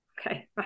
Okay